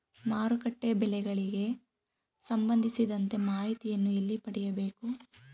ಮಾರುಕಟ್ಟೆ ಬೆಲೆಗಳಿಗೆ ಸಂಬಂಧಿಸಿದಂತೆ ಮಾಹಿತಿಯನ್ನು ಎಲ್ಲಿ ಪಡೆಯಬೇಕು?